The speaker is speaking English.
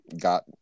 got